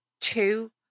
two